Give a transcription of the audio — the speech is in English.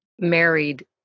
married